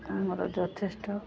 ଆମର ଯଥେଷ୍ଟ